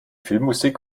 filmmusik